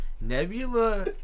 Nebula